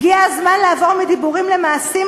הגיע הזמן לעבור מדיבורים למעשים,